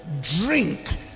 Drink